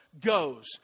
goes